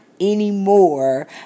anymore